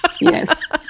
Yes